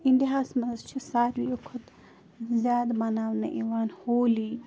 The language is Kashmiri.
اِنڈِیا ہس منٛز چھُ سارِوٕے کھۄتہٕ زیادٕ مناونہٕ یِوان ہولی